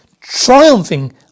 triumphing